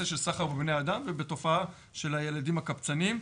של סחר בבני אדם ובתופעה של הילדים הקבצנים.